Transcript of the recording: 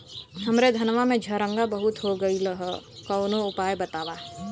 हमरे धनवा में झंरगा बहुत हो गईलह कवनो उपाय बतावा?